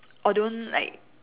or don't like